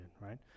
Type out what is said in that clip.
right